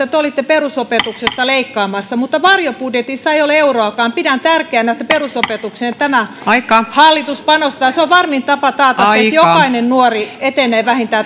te te olitte perusopetuksesta leikkaamassa mutta varjobudjetissa ei ole euroakaan pidän tärkeänä että perusopetukseen tämä hallitus panostaa se on varmin tapa taata se että jokainen nuori etenee vähintään